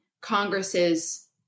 Congress's